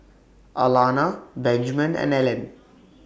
Alannah Benjman and Ellen